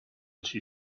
she